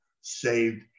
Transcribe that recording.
saved